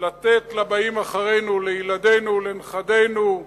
לתת לבאים אחרינו, לילדינו, לנכדינו,